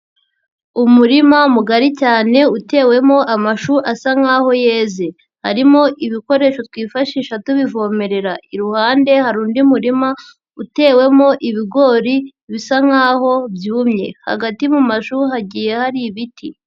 Umurima mugari cyane utewemo amashu asa nkaho yeze harimo ibikoresho twifashisha tubivomerera, iruhande hari undi murima utewemo ibigori bisa nkaho byumye hagati mu mashu hagiye hari ibiti.